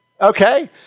Okay